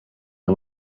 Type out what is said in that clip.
and